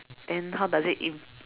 then how does it in~